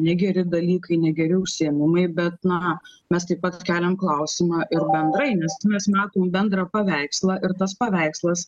negeri dalykai negeri užsiėmimai bet na mes taip pat keliam klausimą ir bendrai nes mes matom bendrą paveikslą ir tas paveikslas